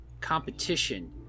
competition